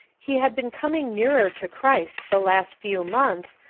he had been coming nearer to christ the last few months,